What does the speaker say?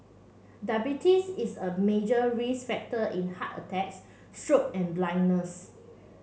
diabetes is a major risk factor in heart attacks stroke and blindness